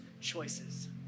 choices